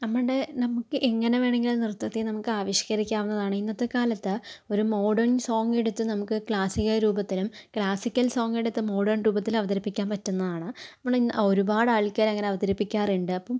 നമ്മളുടെ നമുക്കെങ്ങനെ വേണമെങ്കിലും അ നൃത്തത്തെ ആവിഷ്കരിക്കാവുന്നതാണ് ഇന്നത്തെ കാലത്തു ഒരു മോഡേൺ സോങ് എടുത്തു നമുക്ക് ക്ലാസ്സിക രൂപത്തിലും ക്ലാസിക്കൽ സോങ് എടുത്തു മോഡേൺ രൂപത്തിലും അവതരിപ്പിക്കാൻ പറ്റുന്നതാണ് നമ്മൾ ഒരുപാടാൾക്കാർ അങ്ങനെ അവതരിപ്പിക്കാറുണ്ട്